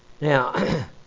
Now